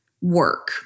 work